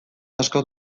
asko